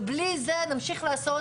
ובלי זה, נמשיך לעשות